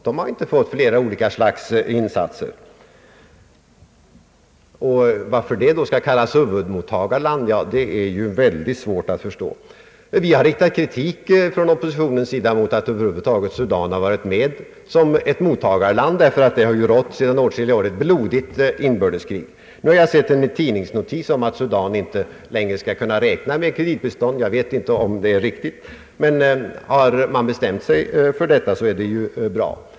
Där är det alltså inte fråga om olika slags insatser, och jag har mycket svårt att förstå varför detta land skall kallas huvudmottagarland. Från OPppositionens sida har vi kritiserat att Sudan över huvud taget finns med som ett mottagarland för vårt utvecklingsbistånd. Där har ju sedan många år pågått ett blodigt inbördeskrig. Nyligen har jag sett en tidningsnotis om att Sudan inte längre kan räkna med kreditbistånd från vår sida. Jag vet inte om detta är riktigt, men om man bestämt sig för detta är det bra.